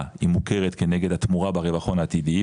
היא מוכרת כנגד התמורה ברווח ההון העתידי,